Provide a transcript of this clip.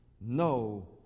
No